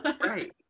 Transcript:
Right